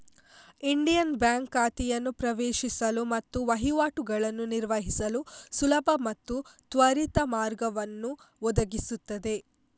Indian Bank ಖಾತೆಯನ್ನು ಪ್ರವೇಶಿಸಲು ಮತ್ತು ವಹಿವಾಟುಗಳನ್ನು ನಿರ್ವಹಿಸಲು ಸುಲಭ ಮತ್ತು ತ್ವರಿತ ಮಾರ್ಗವನ್ನು ಒದಗಿಸುತ್ತದೆ